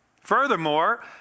Furthermore